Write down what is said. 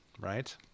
Right